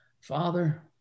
Father